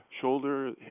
shoulder